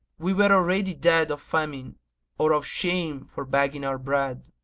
we were already dead of famine or of shame for begging our bread.